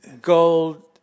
gold